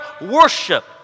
worship